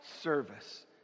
service